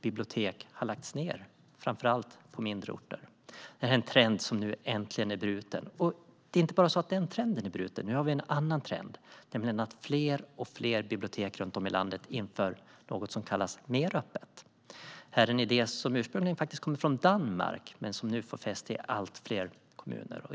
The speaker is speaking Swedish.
Bibliotek har lagts ned, framför allt på mindre orter. Detta är en trend som nu äntligen är bruten. Och det är inte bara så att trenden är bruten, utan nu har vi en annan trend, nämligen att fler och fler bibliotek runt om i landet inför något som kallas för meröppet. Det är en idé som ursprungligen kommer från Danmark men som nu får fäste i allt fler kommuner.